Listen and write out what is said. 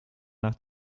nach